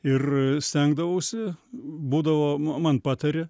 ir stengdavausi būdavo man patarė